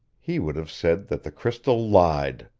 he would have said that the crystal lied.